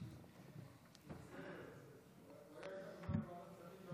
זה נכון.